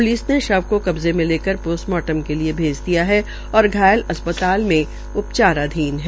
्लिस ने शव को कब्जे को लेकर ोस्टमार्टम के लिए भेज दिया है और घायल अस् ताल में उ चाराधीन है